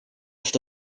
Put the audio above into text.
что